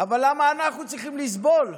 אבל למה אנחנו צריכים לסבול?